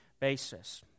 basis